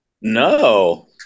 No